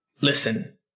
Listen